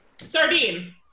Sardine